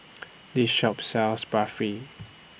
This Shop sells Barfi